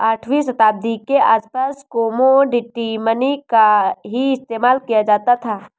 आठवीं शताब्दी के आसपास कोमोडिटी मनी का ही इस्तेमाल किया जाता था